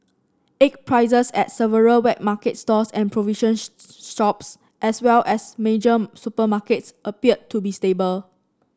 egg prices at several wet market stalls and provision shops as well as major supermarkets appear to be stable